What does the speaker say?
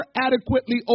adequately